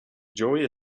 joey